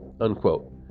unquote